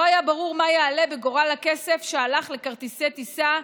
לא היה ברור מה יעלה בגורל הכסף שהלך לכרטיסי טיסה,